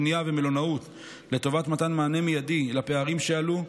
הבנייה והמלונאות לטובת מתן מענה מיידי לפערים שעלו.